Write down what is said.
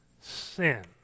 sin